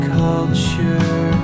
culture